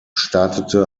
startete